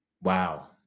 wow